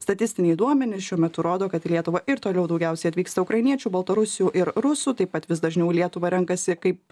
statistiniai duomenys šiuo metu rodo kad į lietuvą ir toliau daugiausia atvyksta ukrainiečių baltarusių ir rusų taip pat vis dažniau lietuvą renkasi kaip